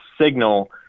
signal